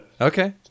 Okay